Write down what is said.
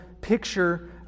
picture